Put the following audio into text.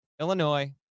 Illinois